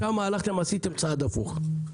שם עשיתם צעד הפוך.